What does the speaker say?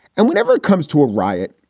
and whenever it comes to a riot,